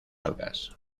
algas